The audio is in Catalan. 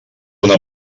una